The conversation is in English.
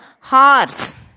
horse